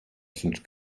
sind